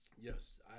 Yes